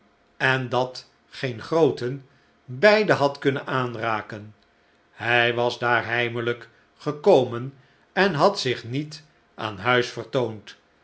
en dat geen grooten beiden had kunnen aanraken hij was daar heimelyk gekomen en had zich niet aan huis vertoond